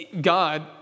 God